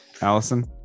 Allison